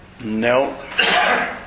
No